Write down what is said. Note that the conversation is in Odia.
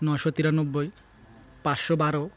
ନଅଶହ ତେୟାନବେ ପାଞ୍ଚଶହ ବାର